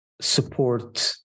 support